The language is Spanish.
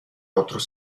otros